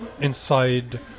inside